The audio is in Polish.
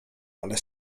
ale